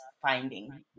finding